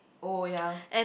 oh ya